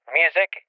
music